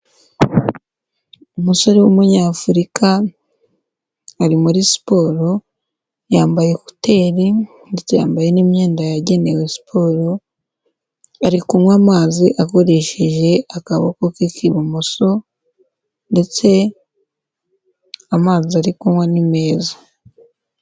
Umusore w'umunyafurika ari muri siporo, yambaye ekuteri ndetse yambaye n'imyenda yagenewe siporo ari kunywa amazi akoresheje akaboko ke k'ibumoso ndetse amazi ari kunywa ni meza.